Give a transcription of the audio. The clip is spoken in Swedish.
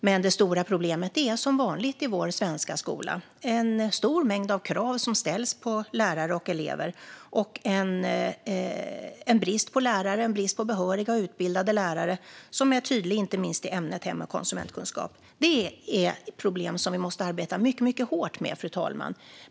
Men de stora problemen är, som vanligt i vår svenska skola, en stor mängd krav som ställs på lärare och elever och en brist på behöriga, utbildade lärare, som är tydlig inte minst i ämnet hem och konsumentkunskap. Detta är problem som vi måste arbeta mycket hårt med, fru talman.